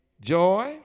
joy